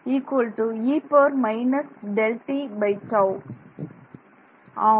மாணவர் ஆம்